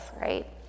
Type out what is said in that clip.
right